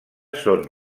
són